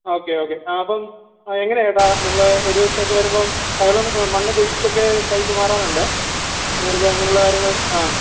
okay okay ആ അപ്പം എങ്ങനെയേട്ടാ നമ്മൾ ഒരു ദിവസമൊക്കെ വരുമ്പം ശകലം മണ്ണ് കുഴിച്ചെക്കെ പൈപ്പ് മാറാനുണ്ട് വരുമ്പം അങ്ങനുള്ള കാര്യങ്ങൾ ആ